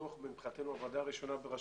אכן, מבחינתנו זו הוועדה הראשונה בראשותך.